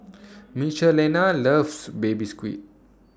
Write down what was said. Michelina loves Baby Squid